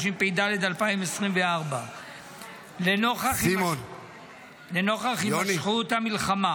התשפ"ד 2024. לנוכח הימשכות המלחמה